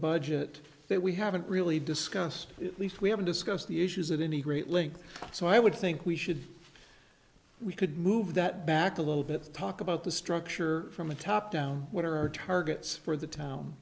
budget that we haven't really discussed at least we haven't discussed the issues at any great length so i would think we should we could move that back a little bit to talk about the structure from the top down what are our targets for the town